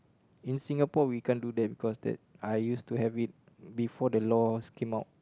in Singapore we can't do that because that I used to have it before the laws came out